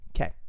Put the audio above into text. Okay